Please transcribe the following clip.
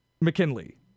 McKinley